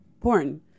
porn